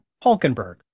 hulkenberg